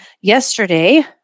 yesterday